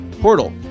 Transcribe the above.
Portal